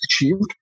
achieved